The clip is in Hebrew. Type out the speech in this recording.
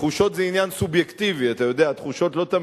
תחושות זה עניין סובייקטיבי, אתה יודע.